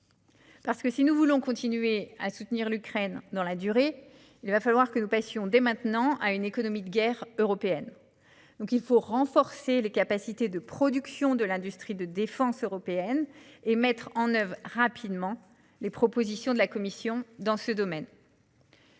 effet, si nous voulons continuer à soutenir l'Ukraine dans la durée, il faut passer dès maintenant à une économie de guerre européenne. Il faut donc renforcer les capacités de production de l'industrie de défense de l'Union européenne et mettre en oeuvre rapidement les propositions de la Commission dans ce domaine.